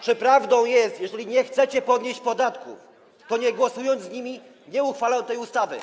Czy prawdą jest, że jeżeli nie chcecie podnieść podatków, to nie zagłosujecie z nimi i nie uchwalą tej ustawy?